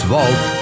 Vault